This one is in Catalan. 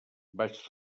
vaig